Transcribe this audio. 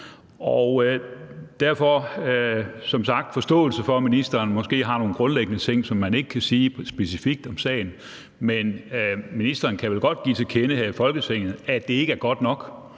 har som sagt forståelse for, at ministeren måske har nogle grundlæggende ting, så han ikke kan sige noget specifikt om sagen, men ministeren kan vel godt give til kende her i Folketinget, at det ikke er godt nok,